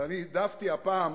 אבל אני העדפתי הפעם,